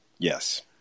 Yes